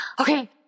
okay